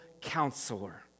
counselor